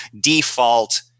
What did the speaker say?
default